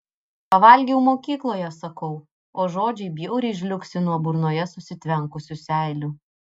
pavalgiau mokykloje sakau o žodžiai bjauriai žliugsi nuo burnoje susitvenkusių seilių